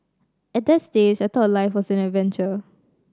at that age I thought life was an adventure